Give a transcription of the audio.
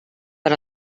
per